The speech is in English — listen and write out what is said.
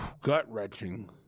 gut-wrenching